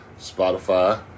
Spotify